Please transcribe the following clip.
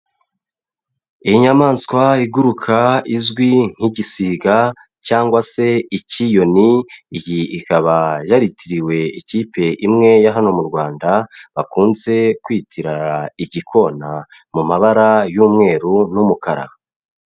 Inyamaswa iguruka izwi nk'igisiga cyangwa se ikiyoni, iyi ikaba yaritiriwe ikipe imwe ya hano mu Rwanda bakunze kwitirira igikona mu mabara y'umweru n'umukara.